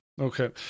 Okay